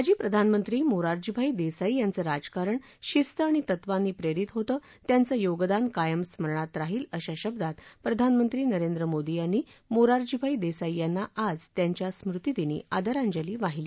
माजी प्रधानमंत्री मोरारजीभाई देसाई यांचं राजकारण शिस्त आणि तत्वांनी प्रेरित होतं त्यांचं योगदान कायम स्मरणात राहील अशा शब्दात प्रधानमंत्री नरेंद्र मोदी यांनी मोरारजीभाई देसाई यांना आज त्यांच्या स्मृतीदिनी आदरांजली वाहिली